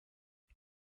but